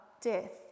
death